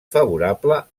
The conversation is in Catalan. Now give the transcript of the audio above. favorable